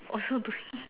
also doing